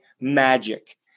magic